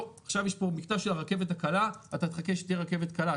לא "..עכשיו יש פה מבצע של הרכבת הקלה אז אתה תחכה שתהיה רכבת קלה,